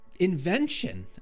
Invention